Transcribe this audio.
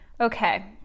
Okay